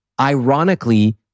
ironically